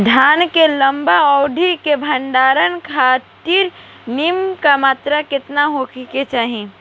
धान के लंबा अवधि क भंडारण खातिर नमी क मात्रा केतना होके के चाही?